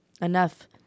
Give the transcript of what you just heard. enough